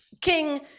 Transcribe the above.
King